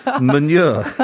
Manure